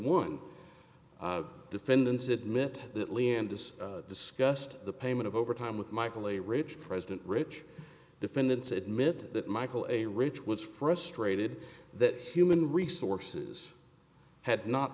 one defendants admit that landis discussed the payment of overtime with michael a rich president rich defendants admitted that michael a rich was frustrated that human resources had not